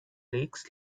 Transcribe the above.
lakes